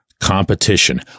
competition